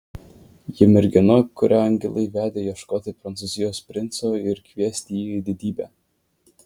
ji mergina kurią angelai vedė ieškoti prancūzijos princo ir kviesti jį į didybę